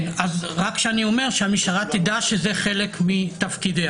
שאני אומר שהמשטרה תדע שזה חלק מתפקידיה.